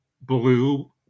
blue